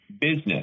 business